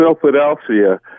Philadelphia